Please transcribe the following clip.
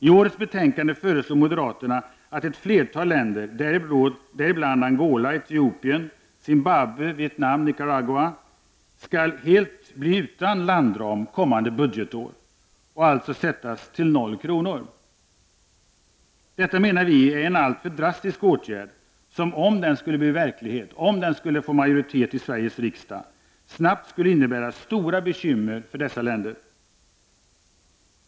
I årets betänkande föreslår moderaterna att ett flertal länder, däribland Angola, Etiopien, Zimbabwe, Vietnam och Nicaragua, skall helt bli utan landram kommande budgetår. Detta menar vi är en alltför drastisk åtgärd, som om den skulle få majoritet i Sveriges riksdag, snabbt skulle innebära stora bekymmer för dessa länder.